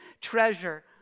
treasure